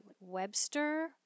Webster